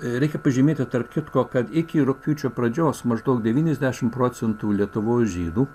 reikia pažymėti tarp kitko kad iki rugpjūčio pradžios maždaug devyniasdešimt procentų lietuvos žydų